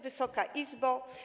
Wysoka Izbo!